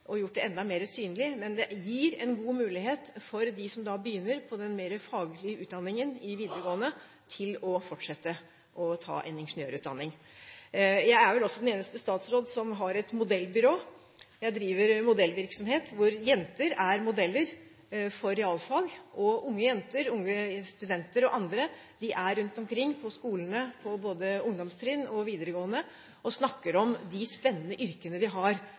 og gjort det enda mer synlig, men det gir en god mulighet for dem som begynner på den mer faglige utdanningen i videregående, til å fortsette og ta en ingeniørutdanning. Jeg er vel den eneste statsråd som har et modellbyrå. Jeg driver modellvirksomhet, hvor jenter er modeller for realfag. Unge jenter, unge studenter og andre drar rundt på skolene, både på ungdomstrinnet og i videregående, og snakker om de spennende yrkene de har